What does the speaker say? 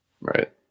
Right